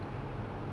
plant will die